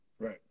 Right